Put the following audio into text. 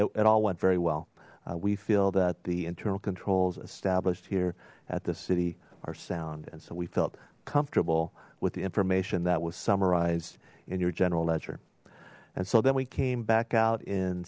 and it all went very well we feel that the internal controls established here at the city are sound and so we felt comfortable with the information that was summarized in your general ledger and so then we came back out in